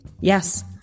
Yes